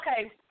okay